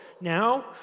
now